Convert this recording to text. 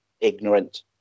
ignorant